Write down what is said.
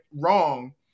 wrong